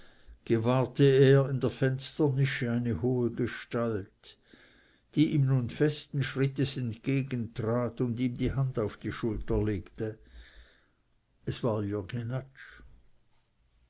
er in der fensternische eine hohe gestalt die ihm nun festen schrittes entgegentrat und ihm die hand auf die schulter legte es war jürg